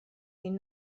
این